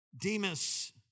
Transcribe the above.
Demas